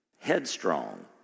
headstrong